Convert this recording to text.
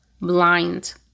blind